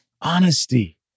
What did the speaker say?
Honesty